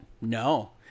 no